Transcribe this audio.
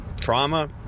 trauma